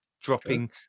dropping